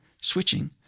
switching